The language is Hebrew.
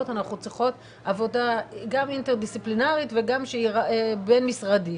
אנחנו צריכות עבודה גם אינטר-דיסציפלינרית וגם בין משרדית,